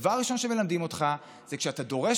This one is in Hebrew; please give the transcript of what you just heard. דבר ראשון שמלמדים אותך זה שכשאתה דורש